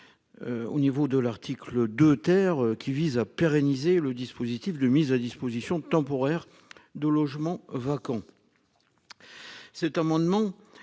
Au niveau de l'article de terre qui vise à pérenniser le dispositif de mise à disposition temporaire de logements vacants.